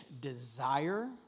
desire